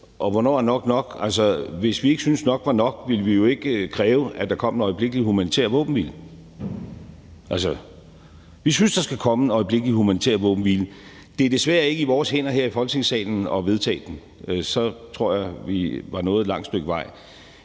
hvis vi ikke syntes, at nok var nok, ville vi jo ikke kræve, at der kom en øjeblikkelig humanitær våbenhvile. Vi synes, at der skal komme en øjeblikkelig humanitær våbenhvile. Det er desværre ikke i vores hænder her i Folketingssalen at vedtage den. Så tror jeg, at vi var nået et langt stykke vej.